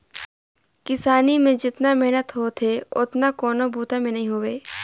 किसानी में जेतना मेहनत होथे ओतना कोनों बूता में नई होवे